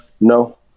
no